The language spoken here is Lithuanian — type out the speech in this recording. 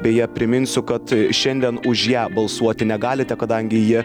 beje priminsiu kad šiandien už ją balsuoti negalite kadangi ji